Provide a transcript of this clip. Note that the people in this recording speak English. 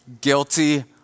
Guilty